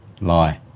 lie